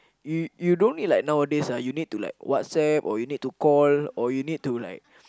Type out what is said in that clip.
you you don't need like nowadays ah you need to like WhatsApp or you need to call or you need to like